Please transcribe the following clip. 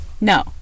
No